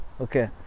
okay